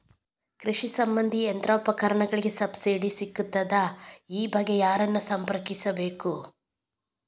ಕೃಷಿ ಸಂಬಂಧಿ ಯಂತ್ರೋಪಕರಣಗಳಿಗೆ ಸಬ್ಸಿಡಿ ಸಿಗುತ್ತದಾ? ಈ ಬಗ್ಗೆ ಯಾರನ್ನು ಸಂಪರ್ಕಿಸಬೇಕು?